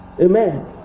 Amen